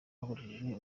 hakoreshejwe